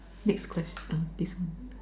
next question ah this one